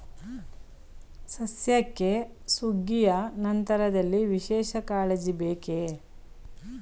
ಸಸ್ಯಕ್ಕೆ ಸುಗ್ಗಿಯ ನಂತರದಲ್ಲಿ ವಿಶೇಷ ಕಾಳಜಿ ಬೇಕೇ?